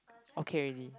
okay already